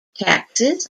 taxes